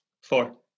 Four